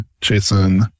Jason